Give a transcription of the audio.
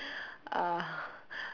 uh